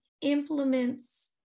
implements